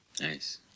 nice